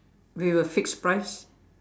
with a fixed price